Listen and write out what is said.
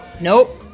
Nope